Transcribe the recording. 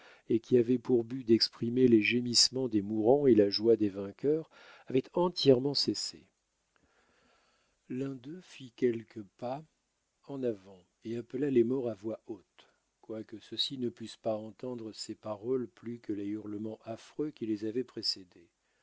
et qui avaient pour but d'exprimer les gémissements des mourants et la joie des vainqueurs avaient entièrement cessé l'un d'eux fit quelques pas en avant et appela les morts à voix haute quoique ceux-ci ne pussent pas entendre ses paroles plus que les hurlements affreux qui les avaient précédées